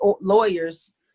lawyers